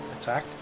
attack